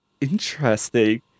interesting